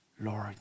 Lord